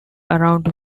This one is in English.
around